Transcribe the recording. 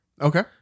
Okay